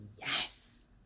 yes